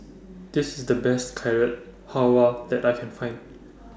This IS The Best Carrot Halwa that I Can Find